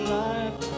life